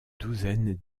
douzaines